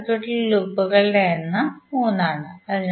ആ സർക്യൂട്ടിലെ ലൂപ്പുകളുടെ എണ്ണം മൂന്ന് ആണ്